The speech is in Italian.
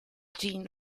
jean